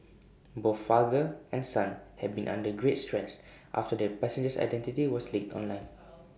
both father and son have been under great stress after the passenger's identity was leaked online